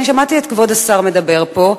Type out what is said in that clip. ששמעתי את כבוד השר מדבר פה,